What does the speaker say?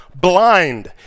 blind